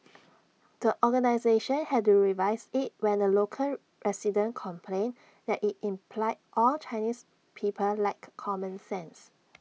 the organisation had to revise IT when A local resident complained that IT implied all Chinese people lacked common sense